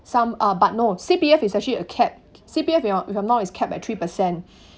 some are but no C_P_F is actually a cap C_P_F if I'm not wrong is capped at three percent